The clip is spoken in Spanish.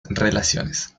relaciones